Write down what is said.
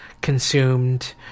consumed